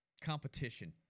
competition